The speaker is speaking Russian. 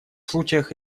случаях